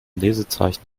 lesezeichen